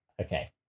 Okay